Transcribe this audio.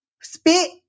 spit